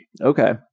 Okay